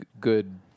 good